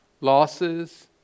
Losses